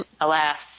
alas